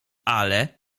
ale